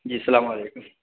جی السلام علیکم